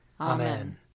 Amen